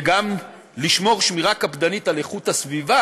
וגם לשמור שמירה קפדנית על איכות הסיבה